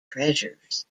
treasures